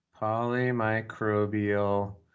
Polymicrobial